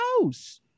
house